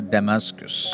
Damascus